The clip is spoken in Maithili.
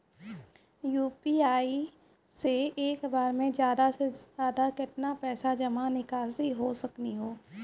यु.पी.आई से एक बार मे ज्यादा से ज्यादा केतना पैसा जमा निकासी हो सकनी हो?